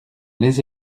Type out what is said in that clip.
les